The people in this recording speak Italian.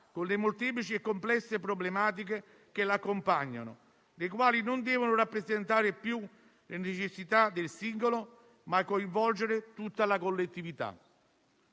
con le molteplici e complesse problematiche che la accompagnano, le quali non devono rappresentare più le necessità del singolo, ma coinvolgere tutta la collettività.